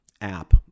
app